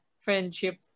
friendship